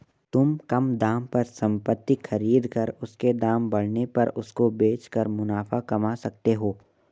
तुम कम दाम पर संपत्ति खरीद कर उसके दाम बढ़ने पर उसको बेच कर मुनाफा कमा सकते हो